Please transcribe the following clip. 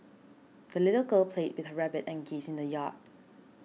the little girl played with her rabbit and geese in the yard